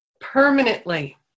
permanently